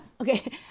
Okay